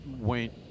went